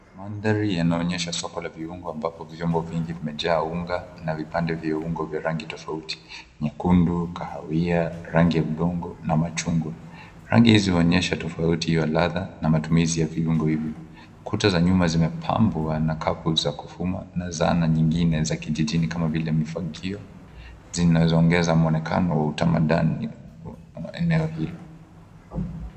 Mandhari yanaonyesha soko la viungo, ambapo viungo vingi vimejaa unga na vipande vya unga vya rangi tofauti, nyekundu, kahawia, rangi ya udongo na machungwa. Rangi hizi zinaonyesha tofauti ya ladha na matumizi ya viungo hivi. Kuta za nyuma zimepambwa na kapu za kufuma na zana nyingine za kijijini kama vile mifagio, zinazoongeza muonekano wa utamaduni wa eneo hilo.